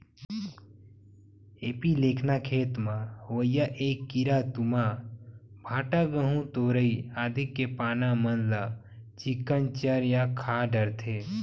एपीलेकना खेत म होवइया ऐ कीरा तुमा, भांटा, गहूँ, तरोई आदि के पाना मन ल चिक्कन चर या खा डरथे